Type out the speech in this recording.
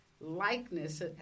likeness